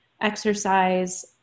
exercise